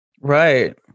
right